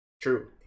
True